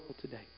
today